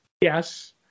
yes